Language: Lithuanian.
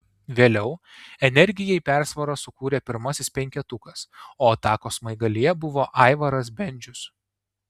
vėliau energijai persvarą sukūrė pirmasis penketukas o atakos smaigalyje buvo aivaras bendžius